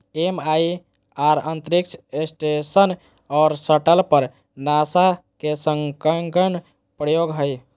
MIR अंतरिक्ष station और shuttle पर नासा के संलग्न प्रयोग हइ